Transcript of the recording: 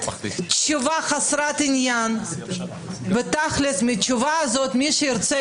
תשובה חסרת עניין מי שירצה,